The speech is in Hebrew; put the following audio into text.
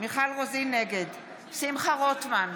נגד שמחה רוטמן,